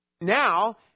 Now